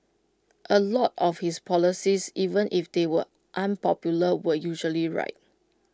A lot of his policies even if they were unpopular were usually right